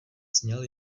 zněl